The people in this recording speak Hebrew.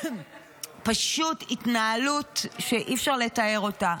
פשוט התנהלות שאי-אפשר לתאר אותה.